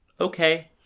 okay